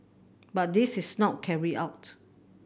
but this is not carried out